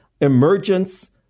emergence